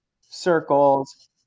circles